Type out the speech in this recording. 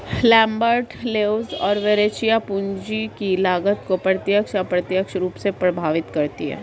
Lambert, Leuz और Verrecchia, पूंजी की लागत को प्रत्यक्ष, अप्रत्यक्ष रूप से प्रभावित करती है